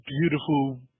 beautiful